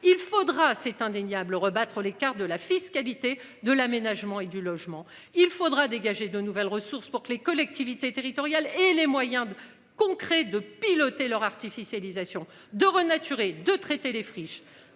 Il faudra c'est indéniable rebattre les cartes de la fiscalité, de l'Aménagement et du logement. Il faudra dégager de nouvelles ressources pour que les collectivités territoriales et les moyens de concret de piloter leur artificialisation de renaturer, de traiter les friches